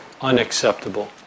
unacceptable